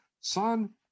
son